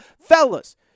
fellas